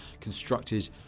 constructed